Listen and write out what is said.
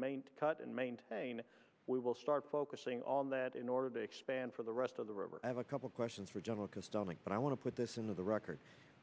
maine to cut and maintain we will start focusing on that in order to expand for the rest of the river have a couple questions for general kostelnik but i want to put this in the record